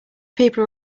people